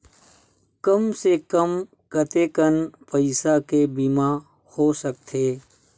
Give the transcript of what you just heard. कम से कम कतेकन पईसा के बीमा हो सकथे?